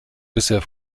bisher